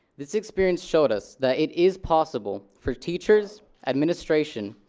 this experience showed us, that it is possible for teachers, administration,